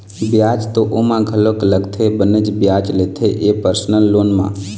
बियाज तो ओमा घलोक लगथे बनेच बियाज लेथे ये परसनल लोन म